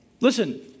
Listen